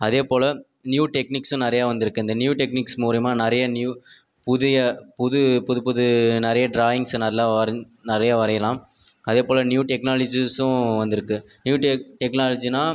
அதே போல நியூ டெக்னிக்ஸும் நிறைய வந்துருக்குது இந்த நியூ டெக்னிக்ஸ் மூலிமா நிறைய நியூ புதிய புது புதுப்புது நிறைய ட்ராயிங்க்ஸை நல்லா வரைன் நிறைய வரையலாம் அதே போல நியூ டெக்னாலஜிஸும் வந்துருக்குது நியூ டெக் டெக்னாலஜின்னா